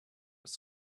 his